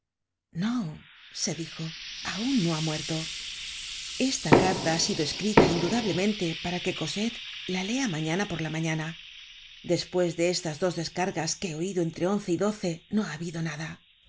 no se dijo aun no ha muerto esta carta ha sido escrita indudablemente para que cosette la lea mañana por la mañana despues de estas dos descargas que he oido entre once y doce no ha habido nada